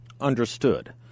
Understood